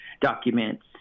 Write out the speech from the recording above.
documents